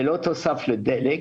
זה לא תוסף לדלק,